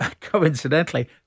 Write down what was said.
coincidentally